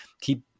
keep